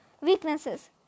Weaknesses